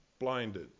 blinded